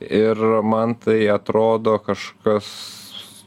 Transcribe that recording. ir man tai atrodo kažkas